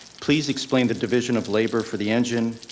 please explain the division of labor for the engine,